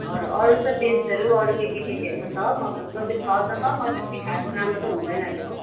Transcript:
अरू त बिन्सहरू अरू के के के केहरू त छ फुलकोपी छनु त छ मगर त्यति खास राम्रो त हुँदैन अहिलेको